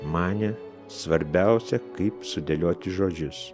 manė svarbiausia kaip sudėlioti žodžius